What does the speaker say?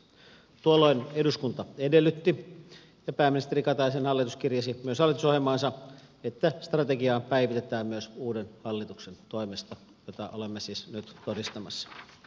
tuolloin eduskunta edellytti ja pääministeri kataisen hallitus kirjasi myös hallitusohjelmaansa että strategiaa päivitetään myös uuden hallituksen toimesta mitä olemme siis nyt todistamassa